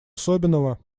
особенного